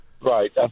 Right